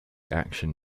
action